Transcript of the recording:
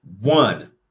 one